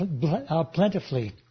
plentifully